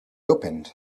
opened